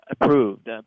approved